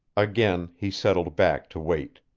again, he settled back to wait.